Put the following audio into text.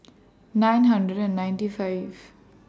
nine hundred and ninety five